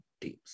teams